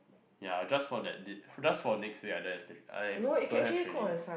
ya just for the date just for next week I don't have st~ I don't have training